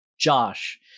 Josh